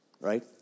Right